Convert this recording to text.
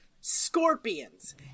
scorpions